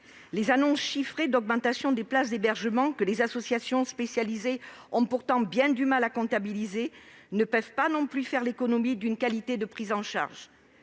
Les annonces chiffrées d'une augmentation des places d'hébergement- que les associations spécialisées ont pourtant bien du mal à comptabiliser -ne doivent pas conduire à faire l'économie d'une qualité de prise en charge.